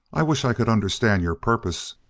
i wish i could understand your purpose!